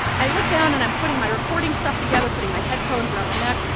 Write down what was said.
i looked down, and i'm putting my recording stuff together, putting my headphones around my neck.